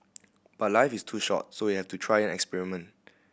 but life is too short so we have to try and experiment